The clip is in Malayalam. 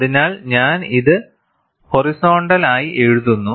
അതിനാൽ ഞാൻ ഇത് ഹോറിസോണ്ടൽ ആയി എഴുതുന്നു